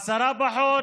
עשרה פחות,